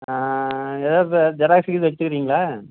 எதாவது ஜெராக்ஸ் கீது வச்சுக்குறீங்களா